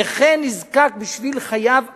נכה נזקק, בשביל חייו הרגילים,